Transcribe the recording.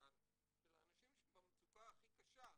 של האנשים שבמצוקה הכי קשה,